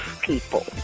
people